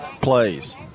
plays